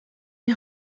die